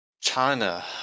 China